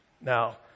Now